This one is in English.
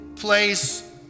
place